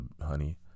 honey